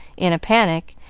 in a panic,